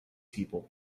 people